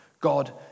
God